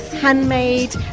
handmade